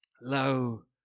low